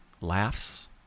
laughs